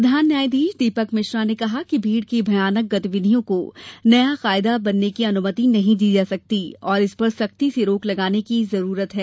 प्रधान न्यायाधीश दीपक मिश्रा ने कहा कि भीड़ की भयानक गतिविधियों को नया कायदा बनने की अनुमति नहीं दी जा सकती और इन पर सख्ती से रोक लगाने की जरूरत है